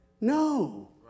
No